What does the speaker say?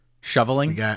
Shoveling